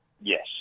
yes